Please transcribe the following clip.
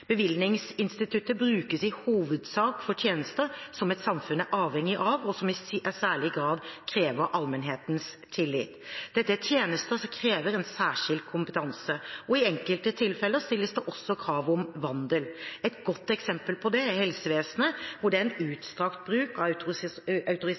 Bevillingsinstituttet brukes i hovedsak for tjenester som et samfunn er avhengig av, og som i særlig grad krever allmennhetens tillit. Dette er tjenester som krever en særskilt kompetanse. Og i enkelte tilfeller stilles det også krav om vandel. Et godt eksempel på det er helsevesenet, hvor det